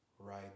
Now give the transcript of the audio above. right